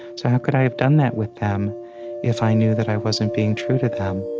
so how could i have done that with them if i knew that i wasn't being true to them?